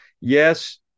yes